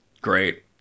Great